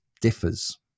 differs